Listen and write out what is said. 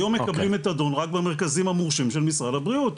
היום מקבלים מתדון רק במרכזים המורשים של משרד הבריאות,